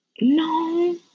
No